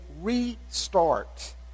restart